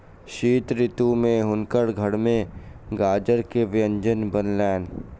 शीत ऋतू में हुनकर घर में गाजर के व्यंजन बनलैन